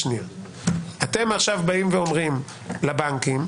אתם אומרים עכשיו לבנקים: